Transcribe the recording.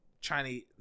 Chinese